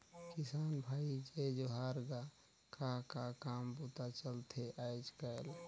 किसान भाई जय जोहार गा, का का काम बूता चलथे आयज़ कायल?